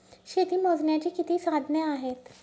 शेती मोजण्याची किती साधने आहेत?